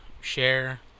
share